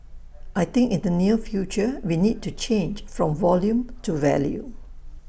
I think in the near future we need to change from volume to value